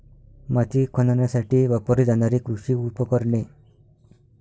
माती खणण्यासाठी वापरली जाणारी कृषी उपकरणे